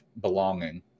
belonging